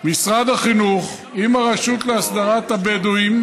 משרד החינוך עם הרשות להסדרת התיישבות הבדואים,